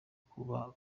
kuba